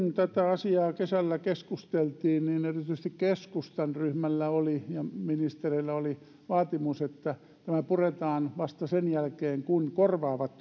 kun tätä asiaa kesällä keskusteltiin niin erityisesti keskustan ryhmällä ja ministereillä oli vaatimus että tämä puretaan vasta sen jälkeen kun korvaavat